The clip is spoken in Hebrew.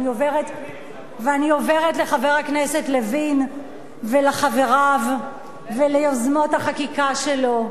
ואני עוברת לחבר הכנסת לוין ולחבריו וליוזמות החקיקה שלו.